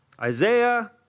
Isaiah